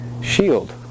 shield